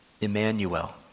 Emmanuel